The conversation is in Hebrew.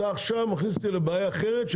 אתה מכניס אותי עכשיו לבעיה אחרת,